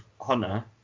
Honor